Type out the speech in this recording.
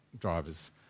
drivers